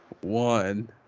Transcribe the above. one